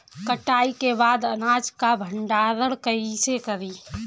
कटाई के बाद अनाज का भंडारण कईसे करीं?